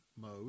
mode